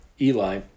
Eli